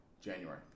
January